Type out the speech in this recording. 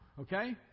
okay